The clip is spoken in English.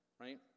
right